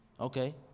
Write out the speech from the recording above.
Okay